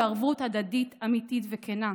בערבות הדדית אמיתית וכנה,